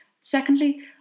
Secondly